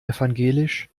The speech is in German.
evangelisch